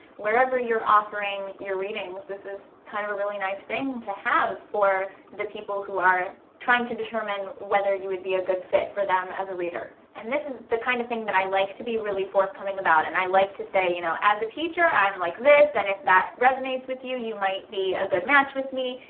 wherever you're offering you're readings this is kind of a really nice thing to have for the people who are trying to determine whether you would be a good fit for them as a reader and this is the kind of thing that i like to be really forthcoming about and i like to say you know as a teacher i'm like this and if that resonates with you you might be a good match with me,